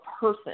person